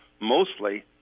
mostly